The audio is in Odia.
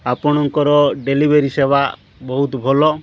ଆପଣଙ୍କର ଡେଲିଭେରି ସେବା ବହୁତ ଭଲ